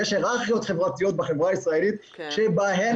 יש היררכיות חברתיות בחברה הישראלית שבהן